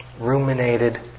ruminated